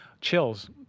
Chills